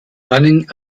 running